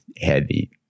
heavy